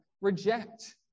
reject